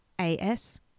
A-S